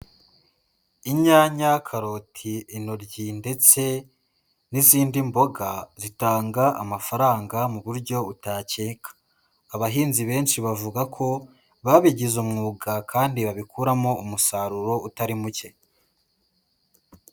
Inyanya, karoti, intoryi ndetse n'izindi mboga zitanga amafaranga mu buryo utakeka, abahinzi benshi bavuga ko babigize umwuga kandi babikuramo umusaruro utari muke.